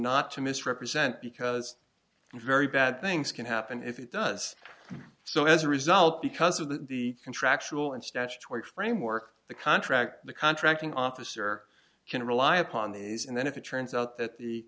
not to misrepresent because very bad things can happen if it does so as a result because of the contractual and statutory framework the contract the contracting officer can rely upon these and then if it turns out that the